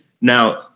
Now